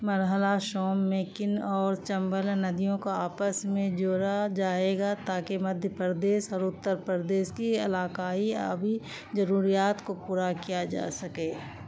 مرحلہ شوم میں کن اور چمبل ندیوں کو آپس میں جوڑا جائے گا تاکہ مدھیہ پردیش اور اتر پردیش کی علاقائی آبی ضروریات کو پورا کیا جا سکے